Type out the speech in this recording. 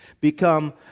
become